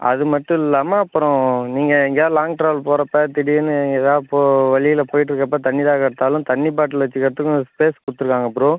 அது மட்டும் இல்லாமல் அப்புறம் நீங்கள் எங்கேயாவது லாங்க் ட்ராவல் போகிறப்ப திடீர்னு எதா போ வழியில் போயிட்டுருக்கப்ப தண்ணி தாகம் எடுத்தாலும் தண்ணி பாட்லு வச்சுக்கிறதுக்கும் ஸ்பேஸ் கொடுத்துருக்காங்க ப்ரோ